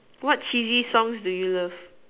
what cheesy songs do you love